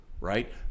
right